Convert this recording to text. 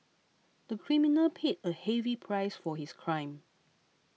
the criminal paid a heavy price for his crime